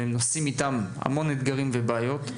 והם נושאים איתם המון אתגרים ובעיות.